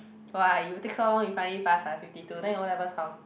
!wah! you take so long you finally passed ah fifty two then you O-levels how